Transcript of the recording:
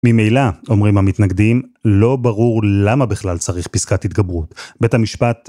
ממילא, אומרים המתנגדים, לא ברור למה בכלל צריך פסקת התגברות. בית המשפט